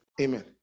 Amen